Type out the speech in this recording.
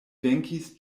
venkis